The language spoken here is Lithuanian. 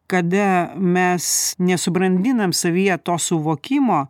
kada mes nesubrandinam savyje to suvokimo